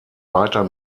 weiter